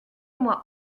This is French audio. moi